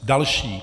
Další.